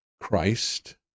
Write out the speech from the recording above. Christ